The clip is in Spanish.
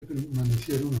permanecieron